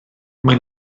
mae